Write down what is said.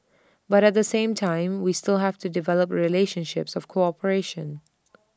but at the same time we still have to develop relationships of cooperation